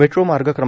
metro मार्ग क्र